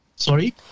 Sorry